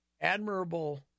admirable